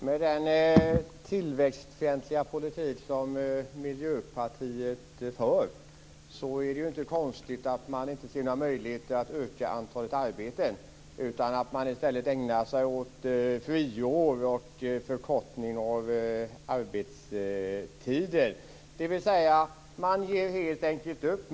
Herr talman! Med den tillväxtfientliga politik som Miljöpartiet för är det inte konstigt att man inte ser några möjligheter att öka antalet jobb utan i stället ägnar sig åt friår och förkortning av arbetstiden. Man ger helt enkelt upp.